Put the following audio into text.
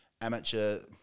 amateur